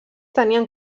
tenien